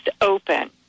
open